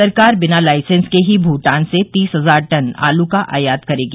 सरकार बिना लाइसेंस के ही भूटान से तीस हजार टन आलू का आयात करेगी